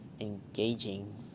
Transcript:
engaging